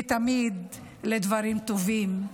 ותמיד לדברים טובים.